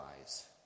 eyes